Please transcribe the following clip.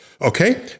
Okay